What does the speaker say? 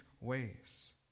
ways